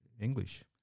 english